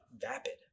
vapid